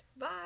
Bye